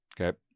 Okay